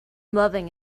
loving